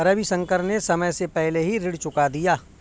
रविशंकर ने समय से पहले ही ऋण चुका दिया